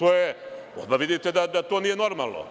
Odmah vidite da to nije normalno.